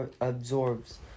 absorbs